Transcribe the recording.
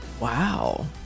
wow